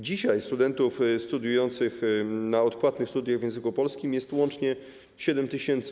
Dzisiaj studentów studiujących na odpłatnych studiach w języku polskim jest łącznie 7 tys.